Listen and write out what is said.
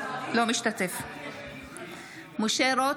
אינו משתתף בהצבעה משה רוט,